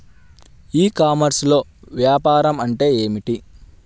ఈ కామర్స్లో వ్యాపారం అంటే ఏమిటి?